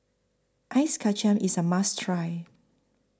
Ice Kachang IS A must Try